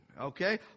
okay